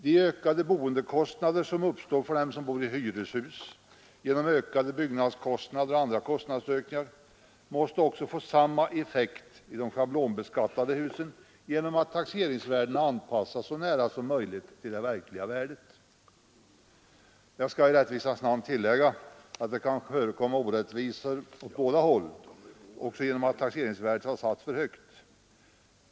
De ökade boendekostnader som genom ökade byggnadskostnader och andra kostnadsökningar uppstår för dem som bor i hyreshus, måste få samma effekt i de schablonbeskattade husen, genom att taxeringsvärdena så nära som möjligt anpassas till det verkliga värdet. Jag skall i rättvisans namn tillägga att det kan förekomma orättvisor också åt andra hållet, genom att taxeringsvärdet har satts för högt.